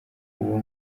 uwo